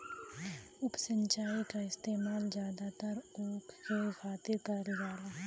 उप सिंचाई क इस्तेमाल जादातर ऊख के खातिर करल जाला